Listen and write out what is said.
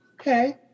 okay